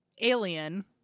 alien